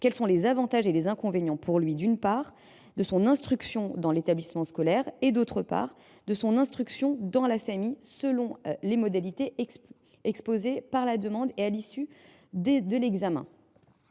quels sont les avantages et les inconvénients pour lui de son instruction dans un établissement scolaire, d’une part, et de son instruction dans la famille selon les modalités exposées par la demande, d’autre part. À l’issue de cet examen,